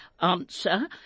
answer